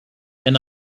and